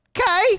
okay